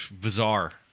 Bizarre